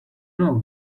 know